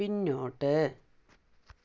പിന്നോട്ട്